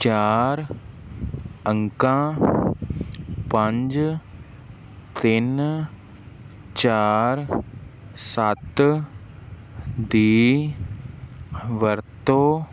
ਚਾਰ ਅੰਕਾਂ ਪੰਜ ਤਿੰਨ ਚਾਰ ਸੱਤ ਦੀ ਵਰਤੋਂ